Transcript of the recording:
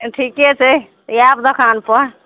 ठीके छै आयब दोकानपर